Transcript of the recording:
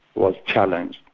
was challenged,